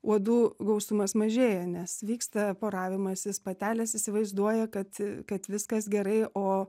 uodų gausumas mažėja nes vyksta poravimasis patelės įsivaizduoja kad kad viskas gerai o